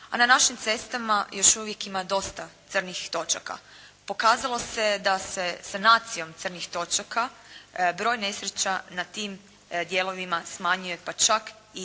a na našim cestama još uvijek ima dosta crnih točaka. Pokazalo se da se sanacijom crnih točaka broj nesreća na tim dijelovima smanjuje pa čak i